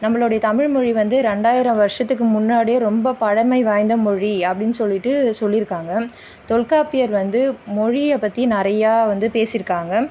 நம்பளோடைய தமிழ் மொழி வந்து ரெண்டாயிரம் வருஷத்துக்கு முன்னாடியே ரொம்ப பழமை வாய்ந்த மொழி அப்படின்னு சொல்லிவிட்டு சொல்லிருக்காங்க தொல்காப்பியர் வந்து மொழியை பற்றி நிறையா வந்து பேசிருக்காங்க